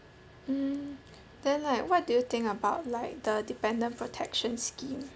um then like what do you think about like the dependent protection scheme